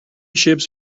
chips